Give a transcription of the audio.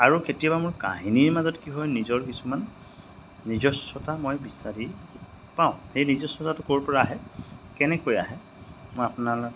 আৰু কেতিয়াবা মোৰ কাহিনীৰ মাজত কি হয় নিজৰ কিছুমান নিজস্বতা মই বিচাৰি পাওঁ সেই নিজস্বতাটো ক'ৰপৰা আহে কেনেকৈ আহে মই আপোনালোক